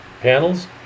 panels